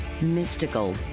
mystical